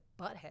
butthead